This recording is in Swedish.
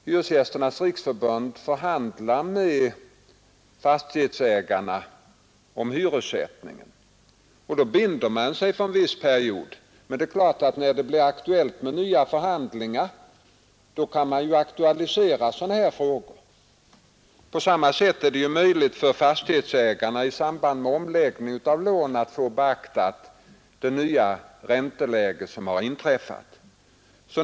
Hyresgästernas riksförbund förhandlar med fastighetsägarna om hyressättningen. Då binder man sig för en viss period. Det är klart att när det blir aktuellt med nya förhandlingar, kan man aktualisera sådana här frågor. På samma sätt är det ju möjligt för fastighetsägarna att i samband med omläggning av lån få beaktat det nya ränteläge som inträffat.